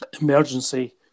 emergency